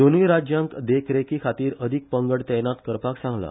दोनुय राज्यांक देखरेखी खातीर अदिक पंगड तैनात करपाक सांगला